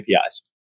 APIs